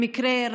במקרה,